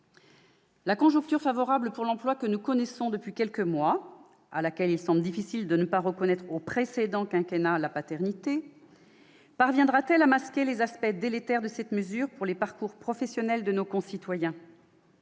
La conjoncture favorable pour l'emploi que nous connaissons depuis quelques mois et dont il semble difficile de ne pas attribuer la paternité au précédent quinquennat la paternité suffira-t-elle à masquer les aspects délétères de cette mesure pour les parcours professionnels de nos concitoyens ?